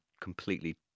completely